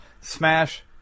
Smash